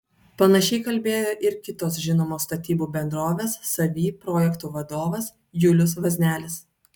panašiai kalbėjo ir kitos žinomos statybų bendrovės savy projektų vadovas julius vaznelis